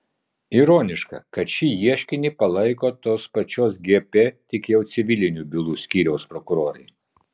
ironiška kad šį ieškinį palaiko tos pačios gp tik jau civilinių bylų skyriaus prokurorai